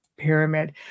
pyramid